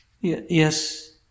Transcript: Yes